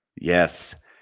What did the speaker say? Yes